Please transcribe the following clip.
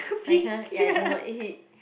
I can't ya I don't know if he